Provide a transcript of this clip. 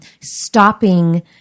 stopping